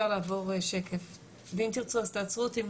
כמה